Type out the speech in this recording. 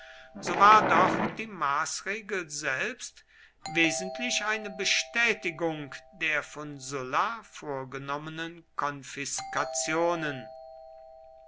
so war doch die maßregel selbst wesentlich eine bestätigung der von sulla vorgenommenen